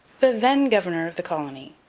the then governor of the colony.